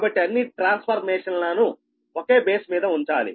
కాబట్టి అన్ని ట్రాన్స్ఫర్మేషన్లను ఒకే బేస్ మీద ఉంచాలి